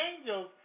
angels